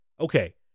Okay